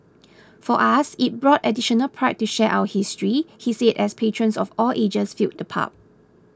for us it brought additional pride to share our history he said as patrons of all ages filled the pub